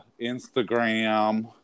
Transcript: instagram